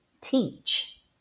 teach